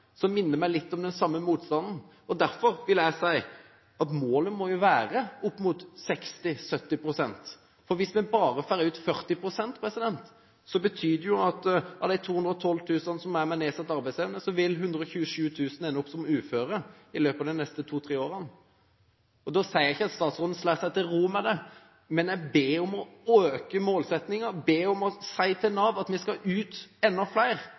minner det meg litt om den samme motstanden. Derfor vil jeg si at målet må være opp mot 60–70 pst. Hvis vi bare får ut 40 pst., betyr det at av de 212 000 med nedsatt arbeidsevne vil 127 000 ende opp som uføre i løpet av de neste to–tre årene. Jeg sier ikke at statsråden slår seg til ro med det, men jeg ber henne om å øke målsettingen, ber henne si til Nav at vi skal ha ut enda flere.